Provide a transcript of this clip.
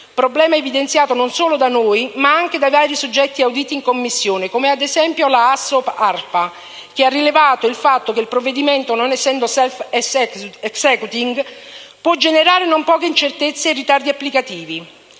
problema evidenziato non solo da noi ma anche da vari soggetti auditi in Commissione, come ad esempio la AssoArpa, che ha rilevato il fatto che il provvedimento, non essendo *self-executing*, può generare non poche incertezze e ritardi applicativi.